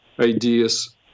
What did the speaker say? ideas